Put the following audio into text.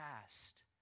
past